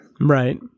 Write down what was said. Right